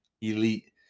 elite